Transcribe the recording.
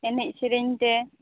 ᱮᱱᱮᱡ ᱥᱮᱨᱮᱧ ᱛᱮ